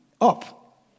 up